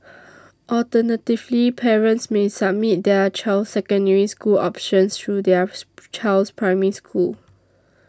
alternatively parents may submit their child's Secondary School options through their child's Primary School